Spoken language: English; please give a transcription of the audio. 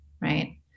right